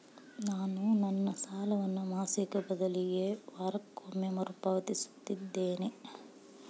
ನಾನು ನನ್ನ ಸಾಲವನ್ನು ಮಾಸಿಕ ಬದಲಿಗೆ ವಾರಕ್ಕೊಮ್ಮೆ ಮರುಪಾವತಿಸುತ್ತಿದ್ದೇನೆ